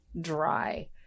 dry